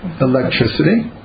electricity